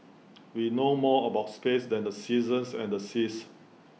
we know more about space than the seasons and the seas